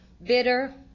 bitter